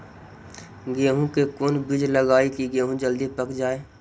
गेंहू के कोन बिज लगाई कि गेहूं जल्दी पक जाए?